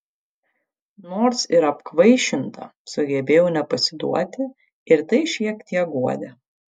nors ir apkvaišinta sugebėjau nepasiduoti ir tai šiek tiek guodė